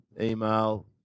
email